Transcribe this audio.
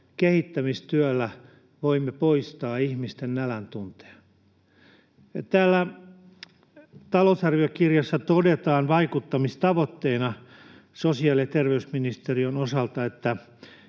kehittämistyöllä voimme poistaa ihmisten näläntunteen. Täällä talousarviokirjassa todetaan vaikuttamistavoitteena sosiaali‑ ja terveysministeriön osalta, että